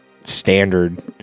standard